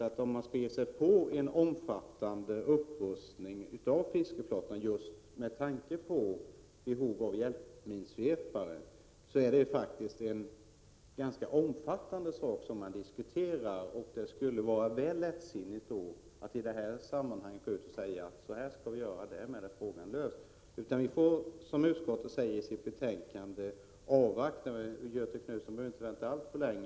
Att ge sig på en omfattande upprustning av fiskeflottan just med tanke på behovet av hjälpminsvepare är faktiskt något mycket omfattande. Då skulle det vara väl lättsinnigt att i det här sammanhanget gå ut och säga: Vi skall göra på detta sätt, och därmed är frågan löst. Som utskottet säger i betänkandet får vi avvakta, men Göthe Knutson behöver inte vänta alltför länge.